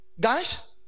guys